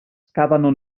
scavano